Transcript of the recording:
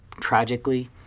tragically